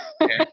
Okay